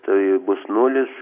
tai bus nulis